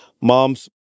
mom's